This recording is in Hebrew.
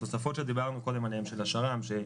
התוספות שדיברנו עליהן קודם של השר"ם,